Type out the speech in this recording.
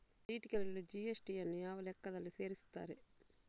ಚೀಟಿಗಳಲ್ಲಿ ಜಿ.ಎಸ್.ಟಿ ಯನ್ನು ಯಾವ ಲೆಕ್ಕದಲ್ಲಿ ಸೇರಿಸುತ್ತಾರೆ?